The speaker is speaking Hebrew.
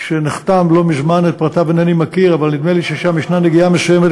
נדמה לי שעם גאורגיה היה הסכם מסוים,